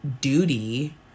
duty